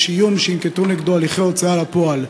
יש איום שינקטו נגדו הליכי הוצאה לפועל.